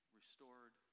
restored